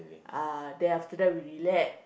uh then after that we relax